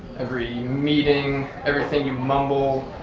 every meeting, everything you mumble,